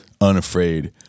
unafraid